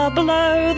blow